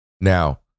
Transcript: Now